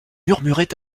murmurait